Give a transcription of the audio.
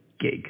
gig